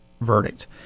verdict